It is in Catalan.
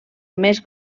més